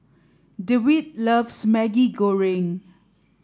Dewitt loves Maggi Goreng